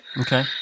Okay